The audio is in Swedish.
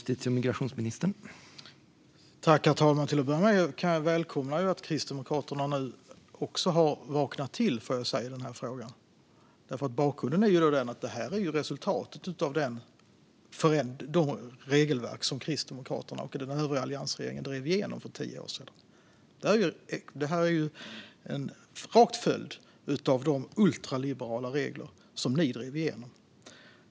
Herr talman! Till att börja med välkomnar jag att Kristdemokraterna nu har vaknat till i den här frågan. Bakgrunden är ju den att det här är resultatet av de ändrade regelverk som Kristdemokraterna och den övriga alliansregeringen drev igenom för tio år sedan. Det här är en rak följd av de ultraliberala regler som ni drev igenom.